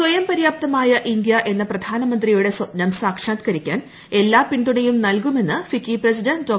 സ്വയം പര്യാപ്തമായ ഇന്തൃ എന്ന പ്രധാനമന്ത്രിയുടെ സ്ഥപ്നം സാക്ഷാത്കരിക്കാൻ എല്ലാ പിന്തുണയും നൽകുമെന്ന് ഫിക്കി പ്രസിഡന്റ് ഡോ